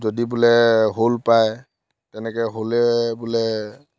যদি বোলে শ'ল পায় তেনেকৈ শ'লে বোলে